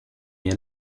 year